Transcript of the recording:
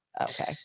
okay